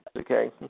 Okay